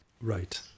Right